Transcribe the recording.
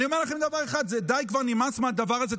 אני אומר לכם דבר אחד: די כבר, נמאס מהדבר הזה.